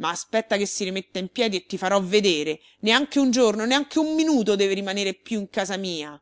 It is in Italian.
ma aspetta che si rimetta in piedi e ti farò vedere neanche un giorno neanche un minuto deve rimanere più in casa mia